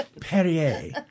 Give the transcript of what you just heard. Perrier